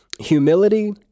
Humility